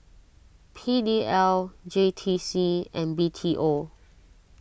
P D L J T C and B T O